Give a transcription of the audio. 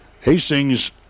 Hastings